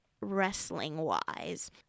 wrestling-wise